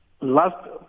last